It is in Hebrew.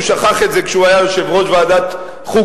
הוא שכח את זה כשהוא היה יושב-ראש ועדת חוקה,